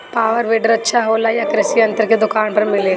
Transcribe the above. Power weeder अच्छा होला यह कृषि यंत्र के दुकान पर मिली?